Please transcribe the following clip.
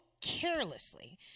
carelessly